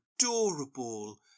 adorable